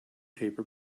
paper